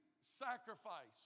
sacrifice